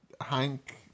Hank